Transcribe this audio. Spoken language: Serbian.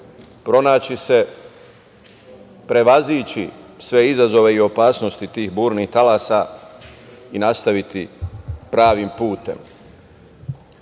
pronaći se, prevazići sve izazove i opasnosti tih burnih talasa i nastaviti pravim putem. Znate